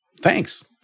Thanks